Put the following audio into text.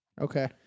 Okay